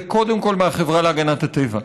וקודם כול מהחברה להגנת הטבע.